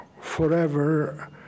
forever